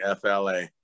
FLA